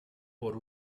por